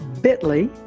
bit.ly